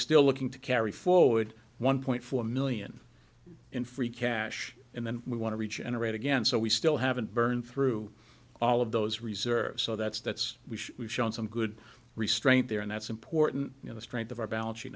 still looking to carry forward one point four million in free cash and then we want to regenerate again so we still haven't burned through all of those reserves so that's that's we we've shown some good restraint there and that's important you know the strength of our balance